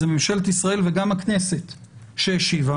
זו ממשלת ישראל וגם הכנסת שהשיבה